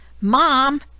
mom